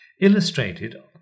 illustrated